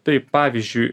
tai pavyzdžiui